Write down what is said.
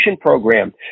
Program